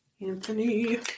Anthony